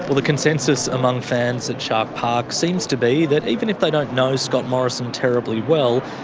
ah the consensus among fans at shark park seems to be that even if they don't know scott morrison terribly well,